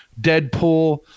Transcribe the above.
Deadpool